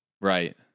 Right